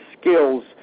skills